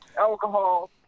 alcohol